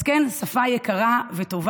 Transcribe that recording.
אז כן, זו שפה יקרה וטובה,